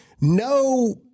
no